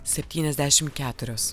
septyniasdešim keturios